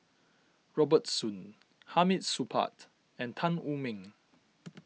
Robert Soon Hamid Supaat and Tan Wu Meng